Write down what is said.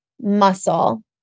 muscle